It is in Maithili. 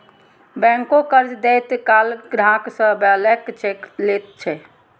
बैंको कर्ज दैत काल ग्राहक सं ब्लैंक चेक लैत छै